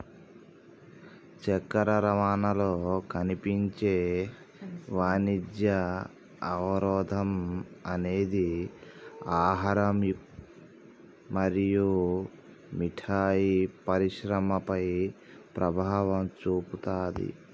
చక్కెర రవాణాలో కనిపించే వాణిజ్య అవరోధం అనేది ఆహారం మరియు మిఠాయి పరిశ్రమపై ప్రభావం చూపుతాది